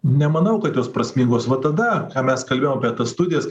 nemanau kad jos prasmingos va tada ką mes kalbėjom apie tas studijas